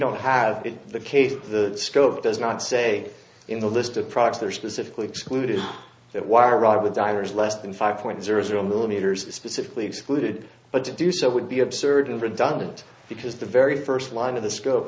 don't have the case the scope does not say in the list of products that are specifically excluded that y arrived with divers less than five point zero zero millimeters specifically excluded but to do so would be absurd and redundant because the very first line